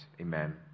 Amen